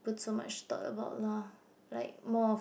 put so much thought about lah like more of